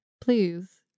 Please